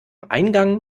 eingang